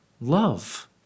love